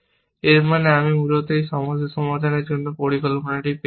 এর মানে আমি মূলত আমার সমস্যা সমাধানের জন্য একটি পরিকল্পনা পেয়েছি